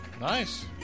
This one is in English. Nice